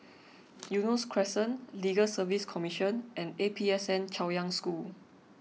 Eunos Crescent Legal Service Commission and A P S N Chaoyang School